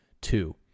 two